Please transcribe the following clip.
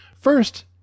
First